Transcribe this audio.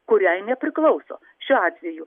kuriai nepriklauso šiuo atveju